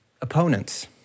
opponents